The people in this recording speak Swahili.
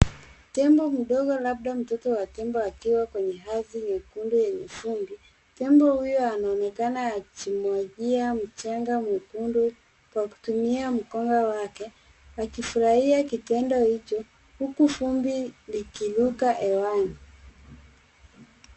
Tembo mdogo labda mtoto wa tembo akiwa kwenye ardhi nyekundu yenye vumbi. Tembo huyu anaonekana akijimwagia mchanga mwekundu kwa kutumia mkono wake, akifurahia kitendo hicho huku vumbi likiruka hewani.